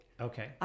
Okay